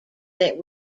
that